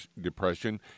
depression